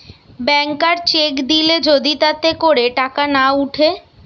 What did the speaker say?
ব্যাংকার cheque দিলে যদি তাতে করে টাকা না উঠে